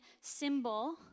symbol